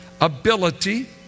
ability